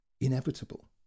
inevitable